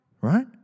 right